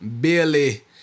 Billy